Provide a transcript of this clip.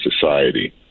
society